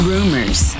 Rumors